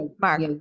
Mark